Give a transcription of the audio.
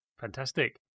Fantastic